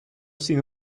sin